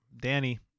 Danny